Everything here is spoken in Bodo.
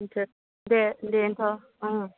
बिसोर दे दे औ